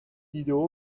ویدئو